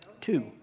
Two